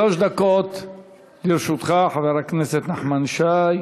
שלוש דקות לרשותך, חבר הכנסת נחמן שי.